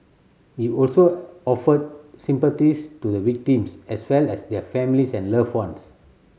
he also offered sympathies to the victims as well as their families and loved ones